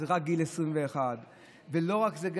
אז זה רק מגיל 21. לא רק זה,